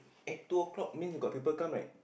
eh two o-clock means got people come right